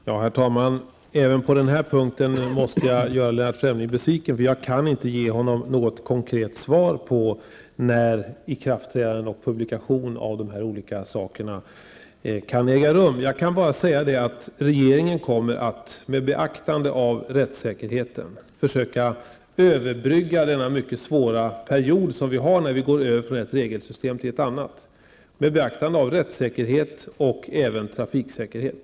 Herr talman! Även på denna punkt måste jag göra Lennart Fremling besviken, eftersom jag inte kan ge honom något konkret svar på när ikraftträdandet och publiceringen av dessa saker kan äga rum. Jag kan bara säga att regeringen, med beaktande av rättssäkerhet och trafiksäkerhet, kommer att försöka överbrygga den mycket svåra perioden vid övergången från ett regelsystem till ett annat.